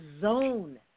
zone